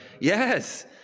Yes